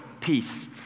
peace